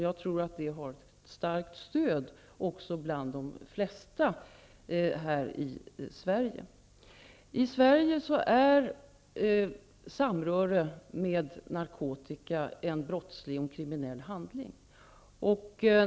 Jag tror att det också har ett starkt stöd bland de flesta här i Sverige. I Sverige är samröre med narkotika en kriminell handling.